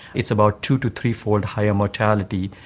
it's about two to threefold higher mortality,